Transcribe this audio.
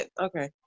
Okay